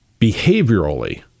behaviorally